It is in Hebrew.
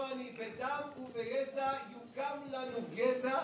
לא אני: "בדם וביזע יוקם לנו גזע,